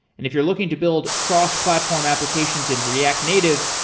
and if you're looking to build cross-platform applications in react native,